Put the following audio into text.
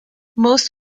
most